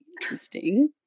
interesting